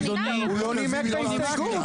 אדוני --- הוא לא נימק את ההסתייגות.